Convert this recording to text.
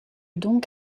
donc